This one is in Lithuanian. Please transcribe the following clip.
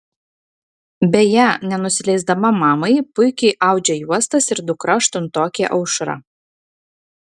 beje nenusileisdama mamai puikiai audžia juostas ir dukra aštuntokė aušra